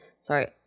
Sorry